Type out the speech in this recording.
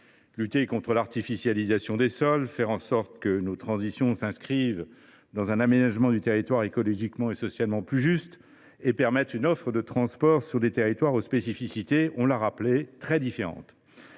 lutter contre l’artificialisation des sols, faire en sorte que nos transitions s’inscrivent dans un aménagement du territoire écologiquement et socialement plus juste, permettre une offre de transports dans des territoires aux spécificités très différentes.